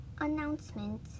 announcement